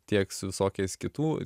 tiek su visokiais kitų